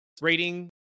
rating